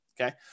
okay